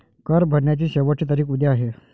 कर भरण्याची शेवटची तारीख उद्या आहे